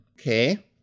okay